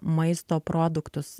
maisto produktus